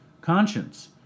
conscience